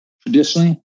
Traditionally